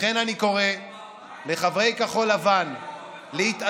לכן אני קורא לחברי כחול לבן להתעשת,